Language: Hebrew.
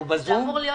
זה אמור להיות